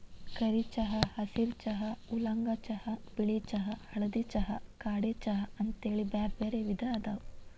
ಕರಿ ಚಹಾ, ಹಸಿರ ಚಹಾ, ಊಲಾಂಗ್ ಚಹಾ, ಬಿಳಿ ಚಹಾ, ಹಳದಿ ಚಹಾ, ಕಾಡೆ ಚಹಾ ಅಂತೇಳಿ ಬ್ಯಾರ್ಬ್ಯಾರೇ ವಿಧ ಅದಾವ